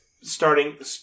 Starting